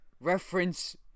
reference